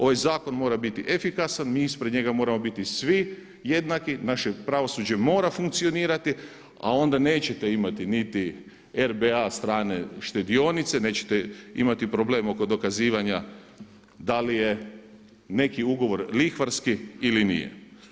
Ovaj zakon mora biti efikasan, mi ispred njega moramo biti svi jednaki, naše pravosuđe mora funkcionirati a onda nećete imati niti RBA strane štedionice, nećete imati problem oko dokazivanja da li je neki ugovor lihvarski ili nije.